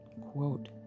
quote